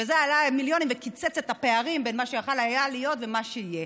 וזה עלה מיליונים וקיצץ את הפערים בין מה שיכול היה להיות ומה שיהיה.